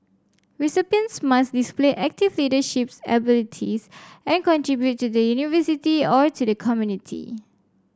recipients must display active leaderships abilities and contribute to the University or to the community